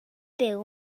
byw